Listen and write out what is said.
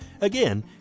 Again